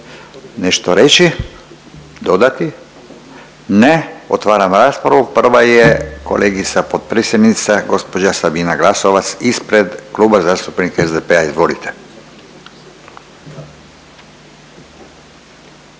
nešto reći, dodati. Ne. Otvaram raspravu. Prva je kolegica potpredsjednica gospođa Sabina Glasovac, ispred Kluba zastupnika SDP-a. Izvolite.